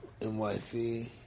NYC